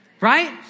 Right